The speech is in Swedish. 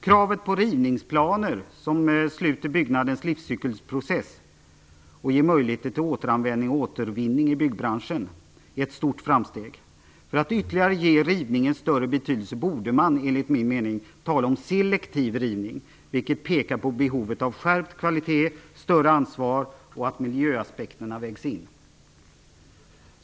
Kravet på rivningsplaner, som sluter byggnadens livscykelsprocess och ger möjlighet till återanvändning och återvinning i byggbranschen, är ett stort framsteg. För att ge rivningen ännu större betydelse borde man enligt min mening tala om selektiv rivning, vilket pekar på behovet av skärpt kvalitet och större ansvar och på att miljöaspekterna vägs in.